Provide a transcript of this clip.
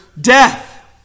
death